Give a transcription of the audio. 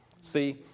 See